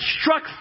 struck